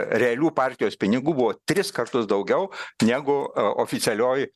realių partijos pinigų buvo tris kartus daugiau negu oficialioj